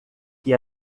que